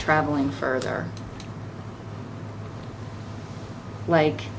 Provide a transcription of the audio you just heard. travelling further like